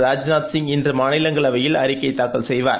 ராஜ்நாத் சிங் இன்று மாநிலங்களவையில் அறிக்கை தாக்கல் செய்கவார்